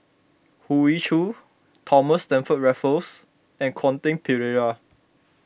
Hoey Choo Thomas Stamford Raffles and Quentin Pereira